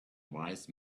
wise